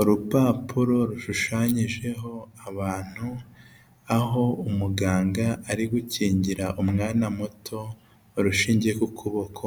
Urupapuro rushushanyijeho abantu aho umuganga ari gukingira umwana muto urushinge ku kuboko